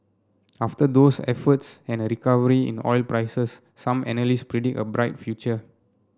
after those efforts and a recovery in oil prices some analysts predict a bright future